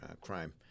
crime